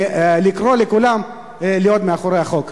לקרוא לכולם להיות מאחורי החוק.